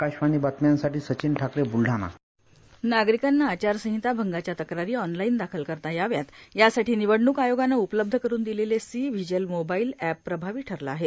आकाशवाणी बातम्यासाठी मी सचिन ठाकरे ब्लढाणा नागरिकांना आचारसंहिता भंगाच्या तक्रारी ऑनलाईन दाखल करता याव्यात यासाठी निवडणूक आयोगानं उपलब्ध करुन दिलेले सी व्हिजिल मोबाइल एप प्रभावी ठरले आहे